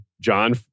John